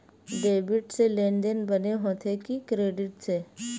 Debit से लेनदेन बने होथे कि क्रेडिट से?